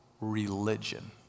religion